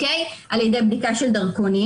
על ידי בדיקה של דרכונים